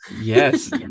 Yes